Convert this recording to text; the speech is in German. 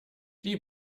die